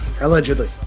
Allegedly